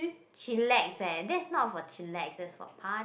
chillax eh that's not for chillax that's for party